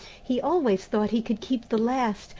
he always thought he could keep the last,